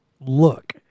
look